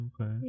okay